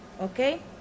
Okay